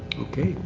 okay,